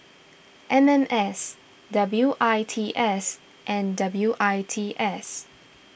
M M S W I T S and W I T S